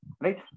right